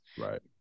Right